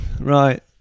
Right